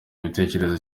gitekerezo